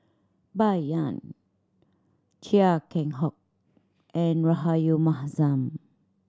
Bai Yan Chia Keng Hock and Rahayu Mahzam